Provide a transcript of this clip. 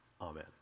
Amen